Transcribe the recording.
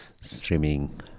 streaming